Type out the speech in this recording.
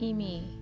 Imi